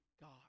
God